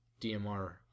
DMR